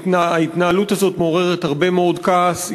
ההתנהלות הזאת מעוררת הרבה מאוד כעס.